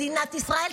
מדינת ישראל,